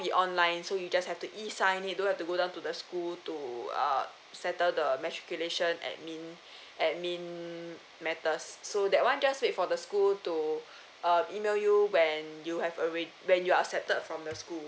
be online so you just have to E_sign it you don't have to go down to the school to uh settle the matriculation admin admin matters so that one just wait for the school to uh email you when you have a reg~ when you're accepted from the school